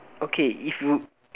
okay if you